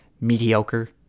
mediocre